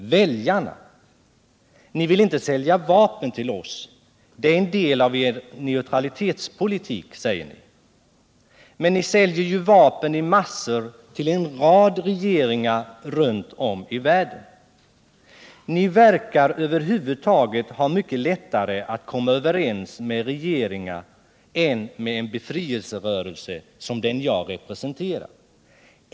Väljarna? —-—-—- Ni vill inte sälja vapen till oss, säger ni. Det är en del av er neutralitetspolitik. Men ni säljer ju vapen i massor till en rad regeringar runt om i världen. Ni verkar över huvud taget ha mycket lättare att komma överens med regeringar än med en befrielserörelse som den jag representerar.